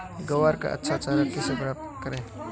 ग्वार का अच्छा चारा कैसे प्राप्त करें?